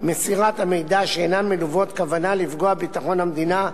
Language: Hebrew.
מסירת המידע שאינן מלוות כוונה לפגוע בביטחון המדינה,